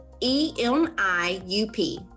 E-M-I-U-P